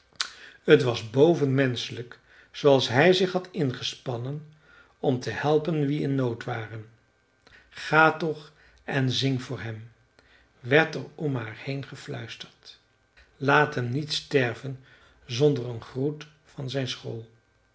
t was bovenmenschelijk zooals hij zich had ingespannen om te helpen wie in nood waren ga toch en zing voor hem werd er om haar heen gefluisterd laat hem niet sterven zonder een groet van zijn school